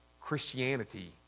Christianity